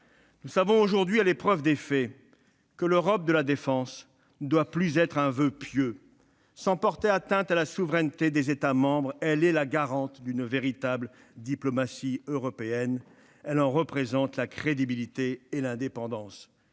Nous savons aujourd'hui, à l'épreuve des faits, que l'Europe de la défense ne doit plus être un voeu pieux. Sans porter atteinte à la souveraineté des États membres, elle est la garantie d'une véritable diplomatie européenne. Elle en représente la crédibilité et l'indépendance.